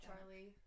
Charlie